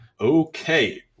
Okay